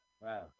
Wow